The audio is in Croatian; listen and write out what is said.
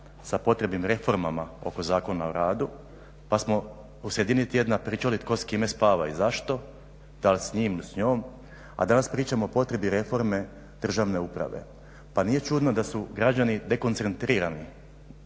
sa potrebnim reformama oko Zakona o radu, pa smo u sredini tjedna pričali tko s kime spava i zašto, da li s njim, s njom. A danas pričamo o potrebi reforme državne uprave pa nije čudno da su građani dekoncentrirani,